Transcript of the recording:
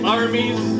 armies